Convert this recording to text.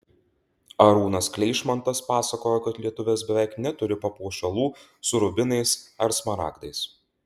arūnas kleišmantas pasakojo kad lietuvės beveik neturi papuošalų su rubinais ar smaragdais